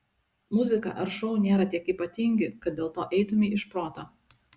muzika ar šou nėra tiek ypatingi kad dėl to eitumei iš proto